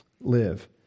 live